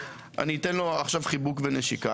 אני אתן לו עכשיו חיבוק ונשיקה.